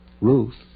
Ruth